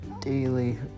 daily